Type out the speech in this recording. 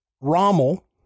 Rommel